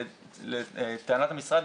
לטענת המשרד,